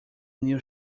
new